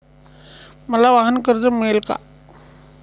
मला वाहनकर्ज मिळेल का?